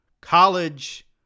College